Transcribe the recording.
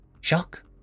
shock